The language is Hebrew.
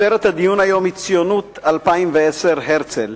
כותרת הדיון היום היא ציונות 2010, הרצל.